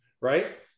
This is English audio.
right